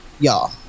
Y'all